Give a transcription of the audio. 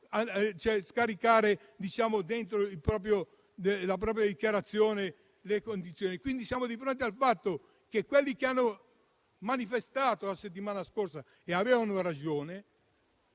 scaricare nella propria dichiarazione dei redditi. Quindi, siamo di fronte al fatto che quelli che hanno manifestato la settimana scorsa, avendo ragione,